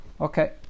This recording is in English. Okay